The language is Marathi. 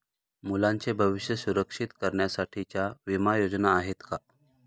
मुलांचे भविष्य सुरक्षित करण्यासाठीच्या विमा योजना आहेत का?